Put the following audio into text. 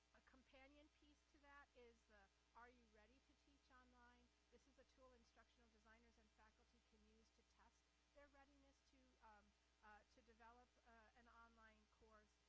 a companion piece to that is the are you ready to teach online? this is a tool instructional designers and faculty can use to test their readiness to to develop an online course.